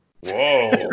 Whoa